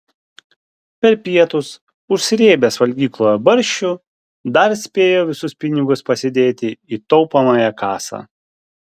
per pietus užsrėbęs valgykloje barščių dar spėjo visus pinigus pasidėti į taupomąją kasą